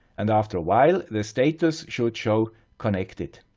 and after a while, the status should show connected.